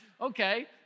Okay